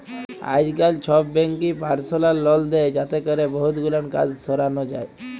আইজকাল ছব ব্যাংকই পারসলাল লল দেই যাতে ক্যরে বহুত গুলান কাজ সরানো যায়